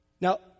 Now